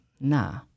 nah